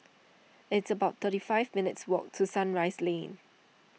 it's about thirty five minutes' walk to Sunrise Lane